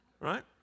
Right